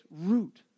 root